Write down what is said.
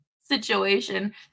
situation